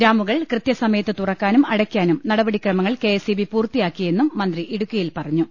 ഡാമുകൾ കൃത്യ സമയത്ത് തുറക്കാനും അടയ്ക്കാനും നടപടിക്രമങ്ങൾ കെഎസ്ഇബി പൂർത്തിയാക്കിയെന്നും മന്ത്രി ഇടുക്കിയിൽ പറഞ്ഞു